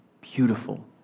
Beautiful